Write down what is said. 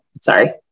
Sorry